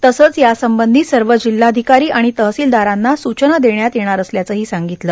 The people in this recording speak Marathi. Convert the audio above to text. तसंच यासंबंधी सर्व जिल्हाधिकारी आणि तहसीलदारांना सूचना देण्यात येणार असल्याचंही सांगितलं